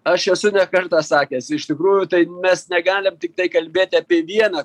aš esu ne kartą sakęs iš tikrųjų tai mes negalim tiktai kalbėti apie vieną